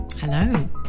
Hello